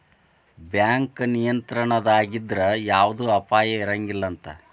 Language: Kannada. ಬ್ಯಾಂಕ್ ನಿಯಂತ್ರಣದಾಗಿದ್ರ ಯವ್ದ ಅಪಾಯಾ ಇರಂಗಿಲಂತ್